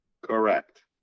Correct